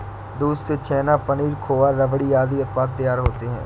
दूध से छेना, पनीर, खोआ, रबड़ी आदि उत्पाद तैयार होते हैं